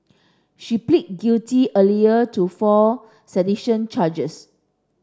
she pleaded guilty earlier to four sedition charges